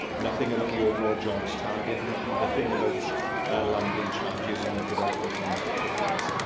nothing about the overall jobs target, and nothing about landing charges or a development fund for for flights.